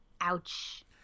Ouch